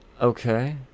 Okay